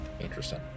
Interesting